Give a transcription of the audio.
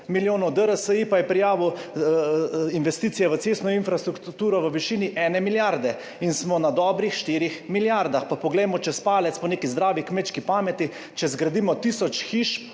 milijonov, DRSI pa je prijavil investicije v cestno infrastrukturo v višini ene milijarde in smo na dobrih 4 milijardah. Pa poglejmo čez palec, po neki zdravi kmečki pameti, če zgradimo tisoč hiš,